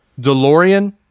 DeLorean